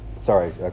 sorry